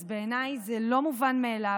אז בעיניי זה לא מובן מאליו,